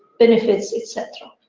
benefits, et cetera.